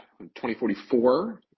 2044